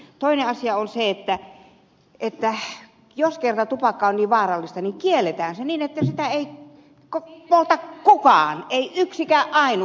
toinen asia on se että jos kerran tupakka on niin vaarallista kielletään se niin että sitä ei polta kukaan ei yksikään ainut